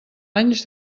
anys